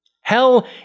Hell